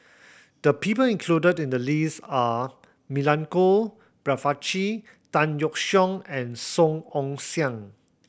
the people included in the list are Milenko Prvacki Tan Yeok Seong and Song Ong Siang